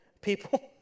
People